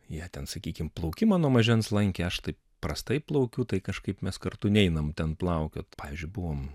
jie ten sakykim plaukimą nuo mažens lankė aš taip prastai plaukiu tai kažkaip mes kartu neinam ten plaukiot pavyzdžiui buvom